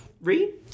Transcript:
read